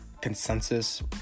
consensus